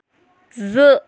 زٕ